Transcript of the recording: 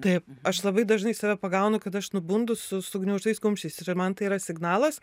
taip aš labai dažnai save pagaunu kad aš nubundu su sugniaužtais kumščiais ir man tai yra signalas